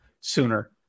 sooner